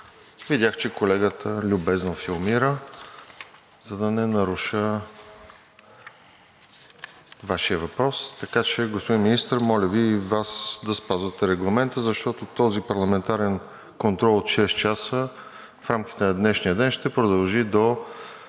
видях, че колегата любезно филмира, за да не наруша Вашия въпрос. Господин Министър, моля Ви и Вас да спазвате регламента, защото този парламентарен контрол от шест часа в рамките на днешния ден, ще продължи до